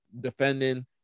defending